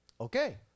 okay